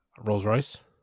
Rolls-Royce